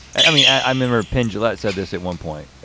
i mean, i remember pendula said this at one point,